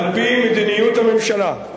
על-פי מדיניות הממשלה,